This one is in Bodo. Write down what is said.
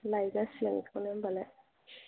लायजासिगोन बेखौनो होनबालाय